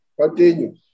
continue